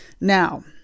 Now